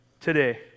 today